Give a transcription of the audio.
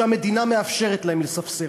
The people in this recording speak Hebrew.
שהמדינה מאפשרת להם לספסר?